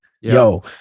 yo